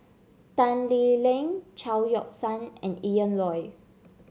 Tan Lee Leng Chao Yoke San and Ian Loy